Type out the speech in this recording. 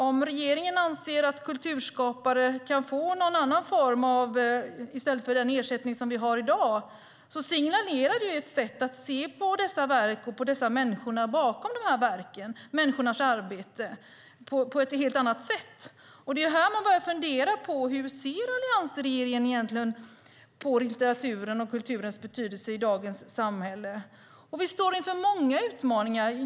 Om regeringen anser att kulturskapare kan få någon annan form av ersättning i stället för den som vi har i dag signalerar det att man ser på dessa verk, på människorna bakom verken och på deras arbete på ett helt annat sätt. Det är här man börjar fundera på hur alliansregeringen egentligen ser på litteraturens och kulturens betydelse i dagens samhälle. Vi står inför många utmaningar.